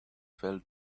fell